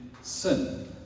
sin